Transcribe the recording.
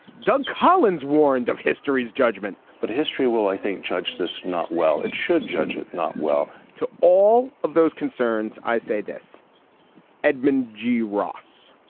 doug collins warned of history's judgment. but history will, i think, judge this not well and should judge it not well to all of those concerns. i say this edmund g. ross.